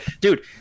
dude